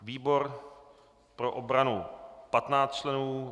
výbor pro obranu 15 členů